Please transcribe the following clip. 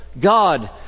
God